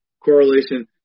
correlation